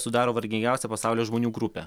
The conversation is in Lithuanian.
sudaro vargingiausią pasaulio žmonių grupę